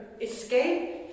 escape